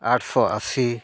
ᱟᱴᱥᱚ ᱟᱹᱥᱤ